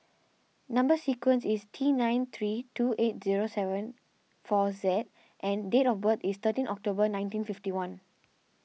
Number Sequence is T nine three two eight zero seven four Z and date of birth is thirteen October nineteen fifty one